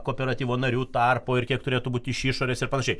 kooperatyvo narių tarpo ir kiek turėtų būti iš išorės irpanašiai